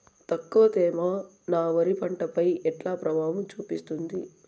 తక్కువ తేమ నా వరి పంట పై ఎట్లా ప్రభావం చూపిస్తుంది?